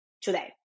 today